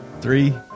Three